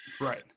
Right